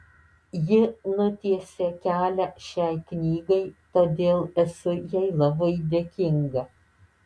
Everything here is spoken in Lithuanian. ji nutiesė kelią šiai knygai todėl esu jai labai dėkinga